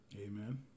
Amen